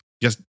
yes